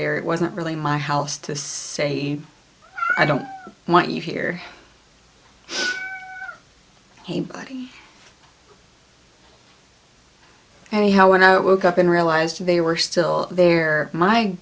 there it wasn't really my house to say i don't want you here hey buddy anyhow when i woke up and realized they were still there my